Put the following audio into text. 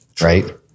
right